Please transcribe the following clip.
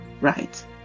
right